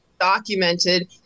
documented